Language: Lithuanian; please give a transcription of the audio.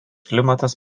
klimatas